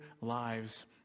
lives